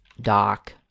doc